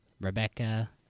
Rebecca